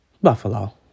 Buffalo